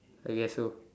I guess so